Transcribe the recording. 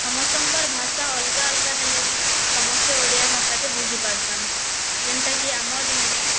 ସମସ୍ତଙ୍କର୍ ଭାଷା ଅଲଗା ଅଲଗା ହେଲେ ବି ସମସ୍ତେ ଓଡ଼ିଆ ଭାଷା କେ ବୁଝିପାରୁସନ୍ ଯେନ୍ତା କି ଆମର୍ ଇନେ